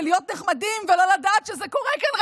להיות נחמדים ולא לדעת שזה קורה כאן,